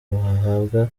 bahabwa